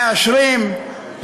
מאשרים,